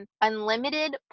Unlimited